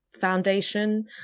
foundation